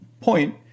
point